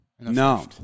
No